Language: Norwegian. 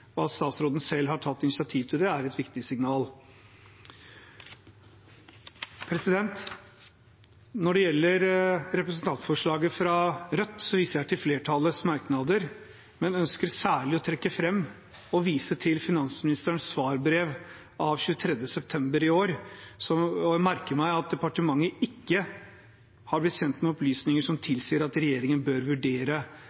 At statsråden selv har tatt initiativ til å se på det, er et viktig signal. Når det gjelder representantforslaget fra Rødt, viser jeg til flertallets merknader, men ønsker særlig trekke fram og vise til finansministerens svarbrev av 23. september i år. Jeg merker meg at departementet ikke har blitt kjent med opplysninger som